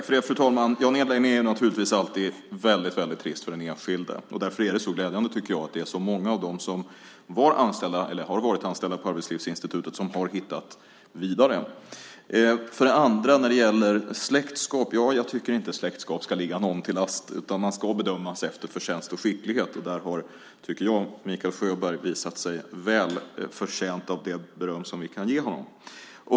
Fru talman! En nedläggning är naturligtvis alltid väldigt trist för den enskilde. Därför är det glädjande att så många av dem som har varit anställda på Arbetslivsinstitutet har hittat vidare. För det andra när det gäller släktskap: Jag tycker inte att släktskap ska ligga någon till last, utan man ska bedömas efter förtjänst och skicklighet. Där tycker jag att Mikael Sjöberg visat sig väl förtjänt av det beröm som vi kan ge honom.